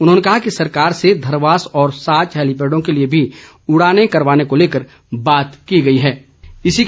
उन्होंने कहा कि सरकार से धरवास और साव हैलीपैडो के लिए भी उड़ानें करवाने को लेकर बात की जाएगी